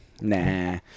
Nah